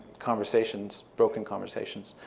conversations, broken conversations,